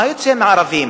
מה יוצא עם הערבים?